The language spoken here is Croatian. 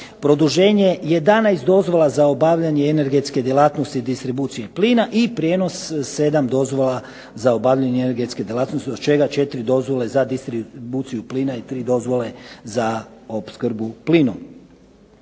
Produženje 11 dozvola za obavljanje energetske djelatnosti distribucije plina i prijenos 7 dozvola za obavljanje energetske djelatnosti od čega 4 dozvole za distribuciju plina i 3 dozvole za opskrbu plinom.